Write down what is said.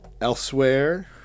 elsewhere